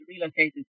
relocated